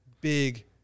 big